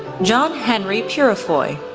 john henry peurifoy,